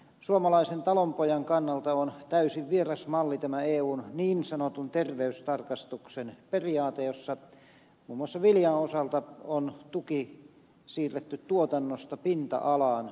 suomalaisen talonpojan kannalta ole täysin vieras malli tämä eun niin sanottu terveystarkastuksen periaate on täysin vieras malli jossa muun muassa viljan osalta on tuki siirretty tuotannosta pinta alaan